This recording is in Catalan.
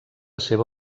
seva